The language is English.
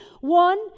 one-